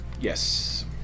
Yes